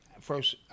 First